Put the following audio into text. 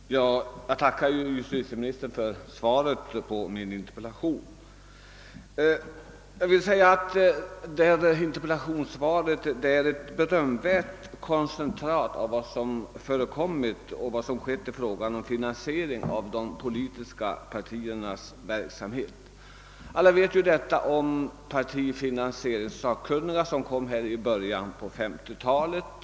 Herr talman! Jag tackar justitieministern för svaret på min interpellation. Detta svar är ett berömvärt koncentrat av vad som förekommit och vilka åtgärder som har vidtagits i fråga om finansieringen av de politiska partiernas verksamhet. Alla känner vi ju till den utredning som gjordes av partifinansieringssakkunniga i början av 1950-talet.